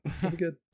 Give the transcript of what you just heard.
good